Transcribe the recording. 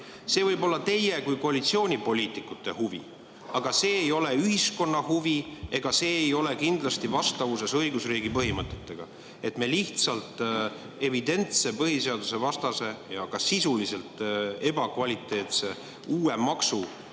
See võib olla teie kui koalitsioonipoliitikute huvi, aga see ei ole ühiskonna huvi. See ei ole kindlasti ka vastavuses õigusriigi põhimõtetega, et me evidentselt põhiseadusvastase ja ka sisuliselt ebakvaliteetse uue maksu